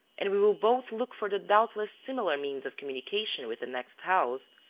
and we will both look for the doubtless similar means of communication with the next house,